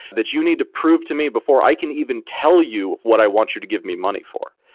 that you need to prove to me before i can even tell you what i want you to give me money for.